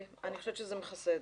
אני חושבת שזה מכסה.